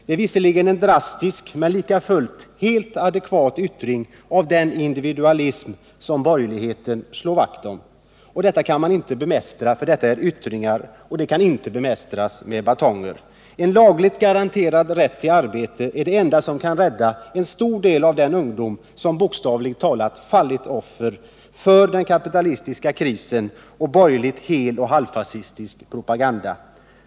Det är visserligen drastiska men likafullt helt adekvata yttringar av den individualism som borgerligheten slår vakt om. Och man kan inte bemästra yttringarna med batonger. En lagligt garanterad rätt till arbete är det enda som kan rädda en stor del av den ungdom som bokstavligt talat fallit offer för den kapitalistiska krisen och borgerlig heloch halvfascistisk propaganda.